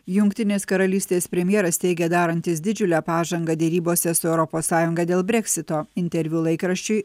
jungtinės karalystės premjeras teigia darantys didžiulę pažangą derybose su europos sąjungą dėl breksito interviu laikraščiui